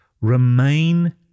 remain